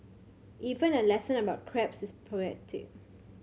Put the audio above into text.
even a lesson about crabs is poetic